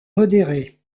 modérée